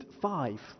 five